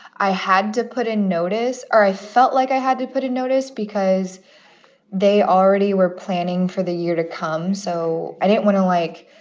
i had to put in notice or i felt like i had to put in notice because they already were planning for the year to come. so i didn't want to, like,